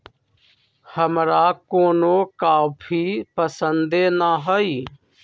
हमरा कोनो कॉफी पसंदे न हए